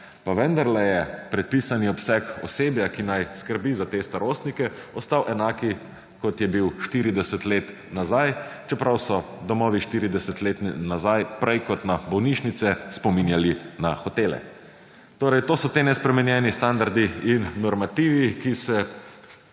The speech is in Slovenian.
Pa vendarle je predpisani obseg osebja, ki naj skrbi za te starostnike ostal enak kot je bil 40 let nazaj, čeprav so domovi 40 let nazaj prej kot na bolnišnice spominjali na hotele. Torej to so te nespremenjeni standardi in normativi, ki se